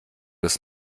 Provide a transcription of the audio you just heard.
des